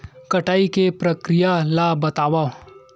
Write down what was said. कटाई के प्रक्रिया ला बतावव?